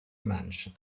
mansion